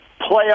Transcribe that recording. playoff